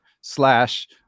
slash